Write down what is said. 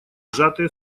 сжатые